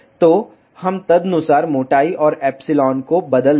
तो हम तदनुसार मोटाई और एप्सिलॉन को बदल देंगे